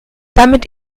damit